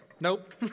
nope